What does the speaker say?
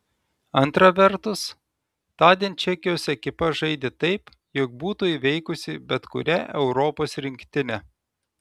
antra vertus tądien čekijos ekipa žaidė taip jog būtų įveikusi bet kurią europos rinktinę